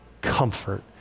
comfort